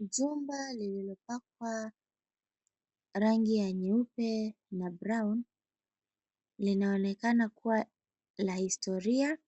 Jumba lililopakwa rangi ya nyeupe na brown linaonekana kuwa la historia.